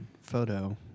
photo